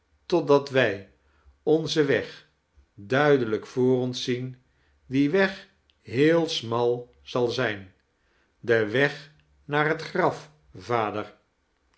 totdat wij onzen weg duidelijk voor ons zien die weg heel smal zal zijn de weg naar het graf vader